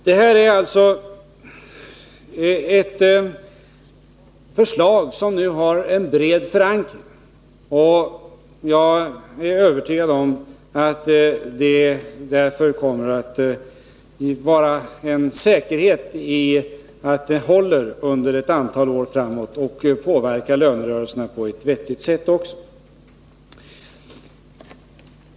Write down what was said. Vårt förslag har en bred förankring, vilket utgör en säkerhet för att det kommer att hålla under ett antal år framåt och påverka lönerörelserna på ett vettigt sätt.